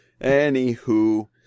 Anywho